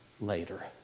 later